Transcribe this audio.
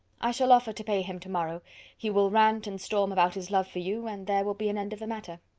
i shall offer to pay him to-morrow he will rant and storm about his love for you, and there will be an end of the matter.